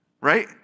right